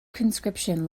conscription